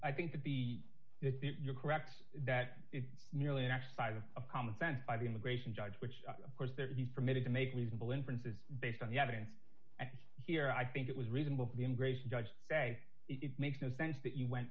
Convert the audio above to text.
i think that the that you're correct that is merely an exercise of a common sense by the immigration judge which of course there would be permitted to make reasonable inferences based on the evidence and here i think it was reasonable for the immigration judge say it makes no sense that you went